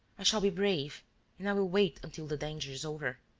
i shall be brave and i will wait until the danger is over.